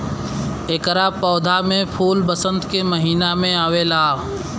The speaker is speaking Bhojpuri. एकरा पौधा में फूल वसंत के महिना में आवेला